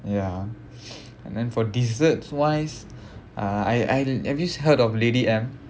ya and then for desserts wise uh I I have you heard of Lady M